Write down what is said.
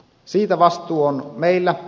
siitä vastuu on meillä